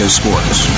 sports